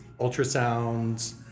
ultrasounds